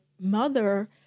mother